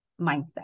mindset